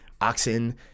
Oxen